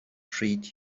treat